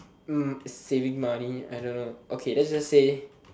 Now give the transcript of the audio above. mm saving money I don't know okay let's just say